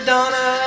Donna